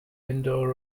indoor